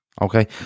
okay